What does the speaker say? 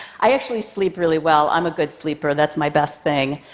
i actually sleep really well. i'm a good sleeper, that's my best thing.